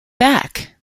back